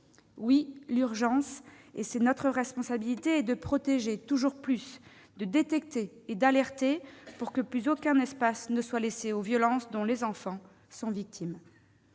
Oui, l'urgence- c'est notre responsabilité -est de protéger toujours plus, de détecter et d'alerter, pour que plus aucun espace ne soit laissé aux violences dont les enfants sont victimes